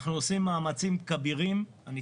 אנחנו עושים מאמצים כבירים בחטיבת הקהילות שהקמנו.